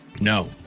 No